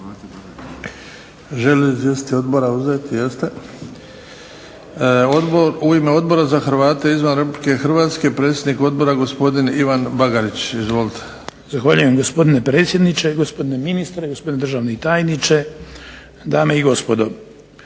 U ime Odbora za Hrvate izvan RH predsjednik odbora gospodin Ivan Bagarić, izvolite. **Bagarić, Ivan (HDZ)** Zahvaljujem gospodine predsjedniče, gospodine ministre i gospodine državni tajniče, dame i gospodo.